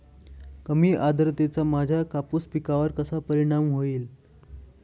कमी आर्द्रतेचा माझ्या कापूस पिकावर कसा परिणाम होईल?